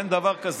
אין דבר כזה.